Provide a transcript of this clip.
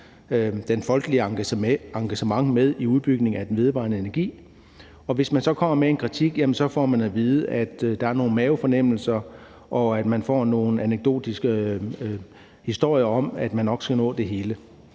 det folkelige engagement med i udbygningen af den vedvarende energi, og hvis vi så kommer med en kritik, får vi at vide, at der er nogle mavefornemmelser, og vi får nogle anekdotiske historier om, at man nok skal nå det hele.